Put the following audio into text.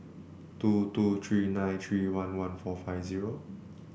two two three nine three one one four five zero